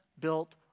built